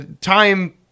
time